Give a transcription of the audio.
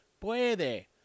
Puede